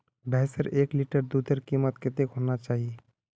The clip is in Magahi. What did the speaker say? भैंसेर एक लीटर दूधेर कीमत कतेक होना चही?